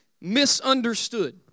misunderstood